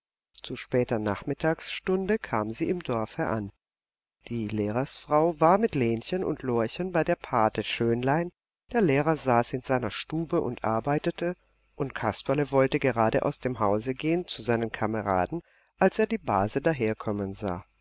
zu später nachmittagsstunde kam sie im dorfe an die lehrersfrau war mit lenchen und lorchen bei der pate schönlein der lehrer saß in seiner stube und arbeitete und kasperle wollte gerade aus dem hause gehen zu seinen kameraden als er die base daherkommen sah